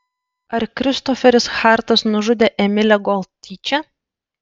ar kristoferis hartas nužudė emilę gold tyčia